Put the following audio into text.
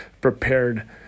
prepared